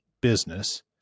business